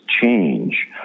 change